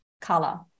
color